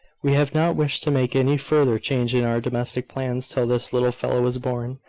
we have not wished to make any further change in our domestic plans till this little fellow was born.